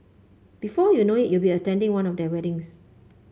before you know it you'll be attending one of their weddings